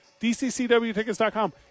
DCCWtickets.com